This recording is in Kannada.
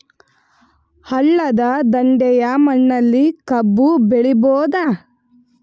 ಹಳ್ಳದ ದಂಡೆಯ ಮಣ್ಣಲ್ಲಿ ಕಬ್ಬು ಬೆಳಿಬೋದ?